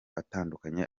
atandukanye